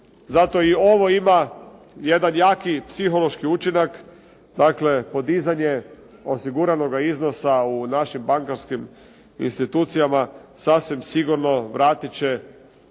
Zato i ovo ima jedan jaki psihološki učinak, dakle podizanje osiguranoga iznosa u našim bankarskim institucijama sasvim sigurno vratiti će,